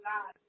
God